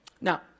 Now